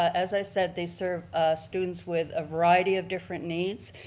as i said, they serve students with a variety of different needs.